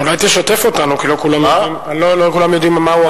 אולי תשתף אותנו, כי לא כולם יודעים מה הוא אמר.